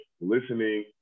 listening